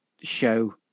show